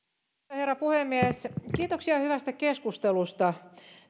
herra puhemies kiitoksia hyvästä keskustelusta